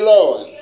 Lord